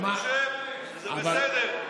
הוא חושב שזה בסדר.